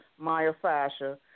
myofascia